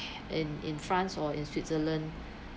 in in france or in switzerland